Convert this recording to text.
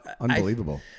Unbelievable